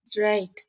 right